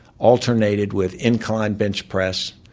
alternated with inclined bench press,